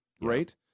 right